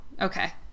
okay